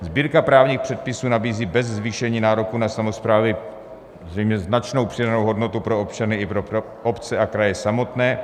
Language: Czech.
Sbírka právních předpisů nabízí bez zvýšení nároků na samosprávy zřejmě značnou přidanou hodnotu pro občany i pro obce a kraje samotné.